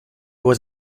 was